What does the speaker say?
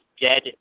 dead